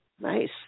nice